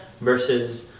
versus